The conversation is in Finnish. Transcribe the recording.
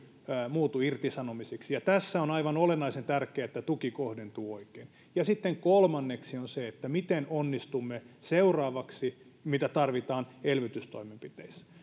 muutu irtisanomisiksi ja tässä on aivan olennaisen tärkeää että tuki kohdentuu oikein sitten kolmanneksi on se miten onnistumme seuraavaksi mitä tarvitaan elvytystoimenpiteissä